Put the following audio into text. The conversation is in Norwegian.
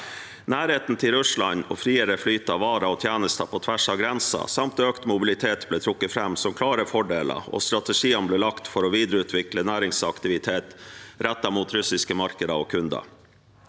Nærheten til Russland og friere flyt av varer og tjenester på tvers av grensen samt økt mobilitet ble trukket fram som klare fordeler, og strategiene ble lagt for å videreutvikle næringsaktivitet rettet mot russiske markeder og kunder.